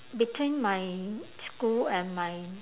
between my school and my